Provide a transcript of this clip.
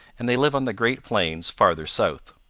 and they live on the great plains farther south.